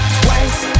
twice